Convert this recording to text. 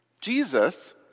Jesus